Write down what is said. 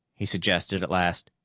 he suggested at last.